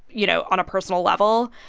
you know, on a personal level.